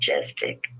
majestic